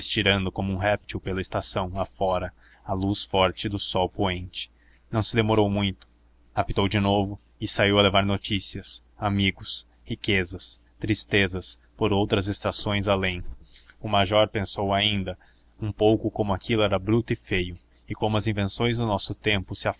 estirando como um réptil pela estação afora à luz forte do sol poente não se demorou muito apitou de novo e saiu a levar notícias amigos riquezas tristezas por outras estações além o major pensou ainda um pouco como aquilo era bruto e feio e como as invenções do nosso tempo